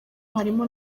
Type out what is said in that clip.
harimo